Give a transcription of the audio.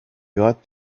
got